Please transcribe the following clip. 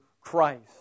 Christ